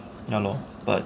ya lor but